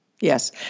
Yes